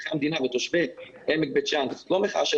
אזרחי המדינה ותושבי עמק בית שאן זאת לא מחאה שלה